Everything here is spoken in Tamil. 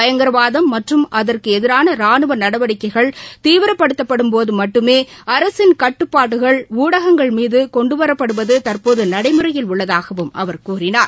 பயங்கரவாதம் மற்றும் அதற்குஎதிரானராணுவநடவடிக்கைகள் தீவிரப்படுத்தப்படும்போதுமட்டுமேஅரசின் கட்டுப்பாடுகள் உளடகங்கள் மீதுகொண்டுவரப்படுவதுதற்போதுநடைமுறையில் உள்ளதாகவும் அவர் கூறினார்